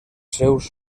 seus